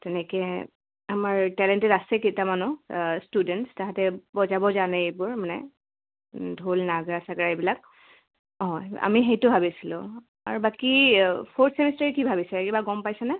তেনেকৈ আমাৰ টেলেণ্টেড আছে কেইটামানো ষ্টুডেণ্টছ তাহাঁতে বজাব জানে এইবোৰ মানে ঢোল নাগৰা ছাগৰা এইবিলাক অঁ আমি সেইটো ভাবিছিলোঁ আৰু বাকী ফ'ৰ্থ ছেমিষ্টাৰে কি ভাবিছে কিবা গম পাইছেনে